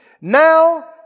Now